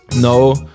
no